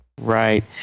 Right